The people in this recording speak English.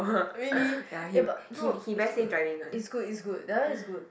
really eh but no is good is good is good that one is good